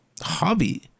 hobby